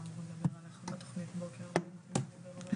על השיקום, על הרווחה.